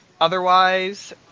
Otherwise